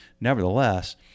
nevertheless